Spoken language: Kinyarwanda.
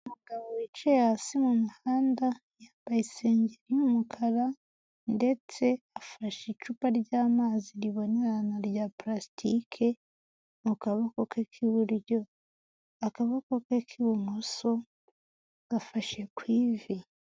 Umugabo wicaye hasi mu muhanda, yambaye isengeri y'umukara, ndetse afashe icupa ry'amazi ribonerana rya parasitike, mu kaboko ke k'iburyo. Akaboko ke k'ibumoso, gafashe ku ivi.